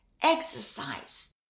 exercise